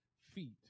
feet